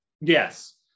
Yes